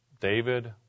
David